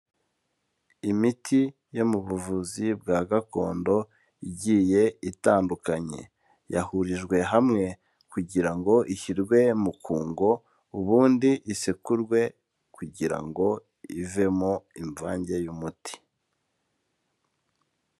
Imiti yo mu buvuzi bwa gakondo igiye itandukanye, yahurijwe hamwe kugira ngo ishyirwe mu kungo, ubundi isekurwe kugira ngo ivemo imvange y'umuti.